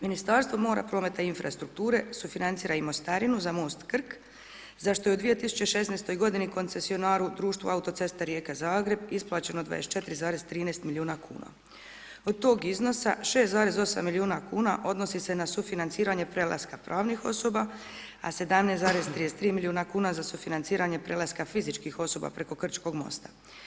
Ministarstvo mora, prometa i infrastrukture sufinancirana i mostarinu za Most Krk zašto je u 2016. godini koncesionaru Društvo autocesta Rijeka-Zagreb isplaćeno 24,13 milijuna kuna. od tog iznosa 6,8 milijuna kuna odnosi se na sufinanciranje prelaska pravnih osoba, a 17,33 milijuna kuna za sufinanciranje prelaska fizičkih osoba preko Krčkog mosta.